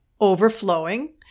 overflowing